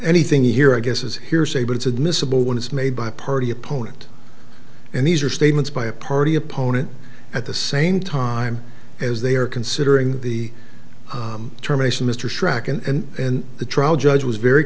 anything here i guess is hearsay but it's admissible when it's made by party opponent and these are statements by a party opponent at the same time as they are considering the term ation mr track and the trial judge was very